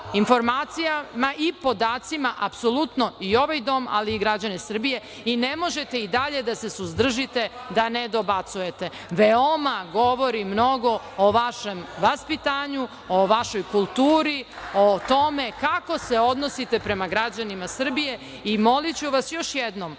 informacijama i podacima, apsolutno i ovaj dom, ali i građane Srbije. I, ne možete i dalje da se suzdržite da ne dobacujete, veoma govori mnogo o vašem vaspitanju, o vašoj kulturi, o tome kako se odnosite prema građanima Srbije. Molim vas još jednom,